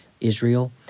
Israel